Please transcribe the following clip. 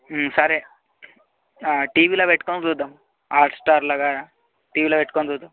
సరే టీవీలో పెట్టుకుని చూద్దాం హాట్స్టార్లో టీవీలోపెట్టుకుని చూద్దాం